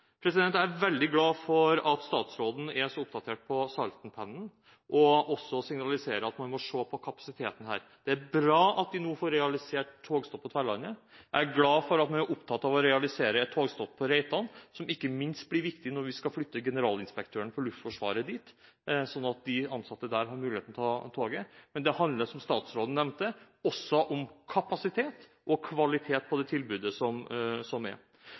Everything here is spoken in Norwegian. Jeg er veldig glad for at statsråden er så oppdatert på Salten-pendelen og signaliserer at man må se på kapasiteten der. Det er bra at de nå får realisert togstopp på Tverlandet. Jeg er glad for at man er opptatt av å realisere et togstopp på Reitan, som ikke minst blir viktig når man skal flytte Generalinspektøren for Luftforsvaret dit, slik at de ansatte der får muligheten til å ta toget. Men det handler – som statsråden nevnte – også om kapasitet og kvalitet på det tilbudet som